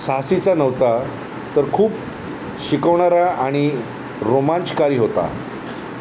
साहसीचा नव्हता तर खूप शिकवणारा आणि रोमांचकारी होता